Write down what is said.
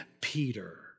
Peter